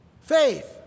Faith